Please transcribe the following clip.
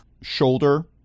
shoulder